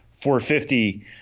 450